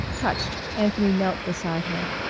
touched, anthony knelt beside her.